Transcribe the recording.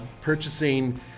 purchasing